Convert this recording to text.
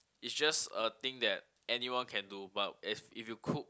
is just a thing that anyone can do but if if you cook